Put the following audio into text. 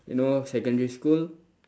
you know secondary school